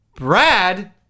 Brad